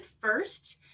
first